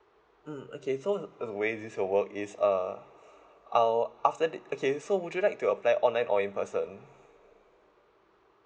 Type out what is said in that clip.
mm okay so the way this will work is uh I'll ask them okay so would you like to apply online or in person